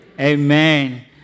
Amen